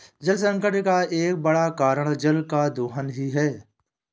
जलसंकट का एक बड़ा कारण जल का दोहन ही है